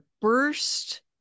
burst